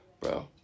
bro